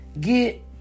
get